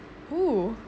oh